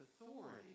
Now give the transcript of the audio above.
authority